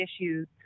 issues